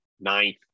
ninth